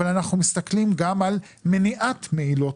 אבל אנחנו מסתכלים גם על מניעת מעילות